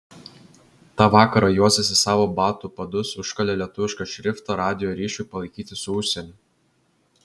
tą vakarą juozas į savo batų padus užkalė lietuvišką šriftą radijo ryšiui palaikyti su užsieniu